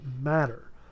matter